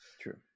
True